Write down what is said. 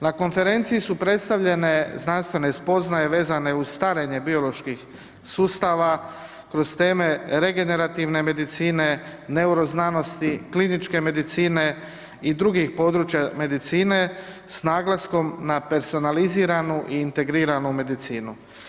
Na konferenciji su predstavljene znanstvene spoznaje vezane uz starenje bioloških sustava, kroz teme regenerativne medine, neuroznanosti, kliničke medicine i drugih područja medicine, s naglaskom na personaliziranu i integriranu medicinu.